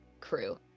crew